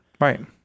Right